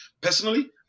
personally